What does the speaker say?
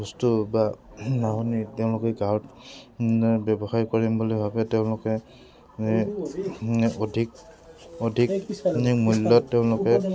বস্তু বা তেওঁলোকে গাঁৱত ব্যৱসায় কৰিম বুলি ভাৱে তেওঁলোকে অধিক অধিক মূল্যত তেওঁলোকে